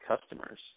customers –